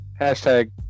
hashtag